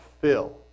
fill